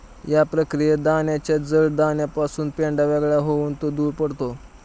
या प्रक्रियेत दाण्याच्या जड दाण्यापासून पेंढा वेगळा होऊन तो दूर पडतो